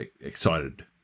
excited